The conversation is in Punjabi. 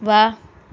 ਵਾਹ